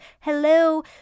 hello